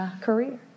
career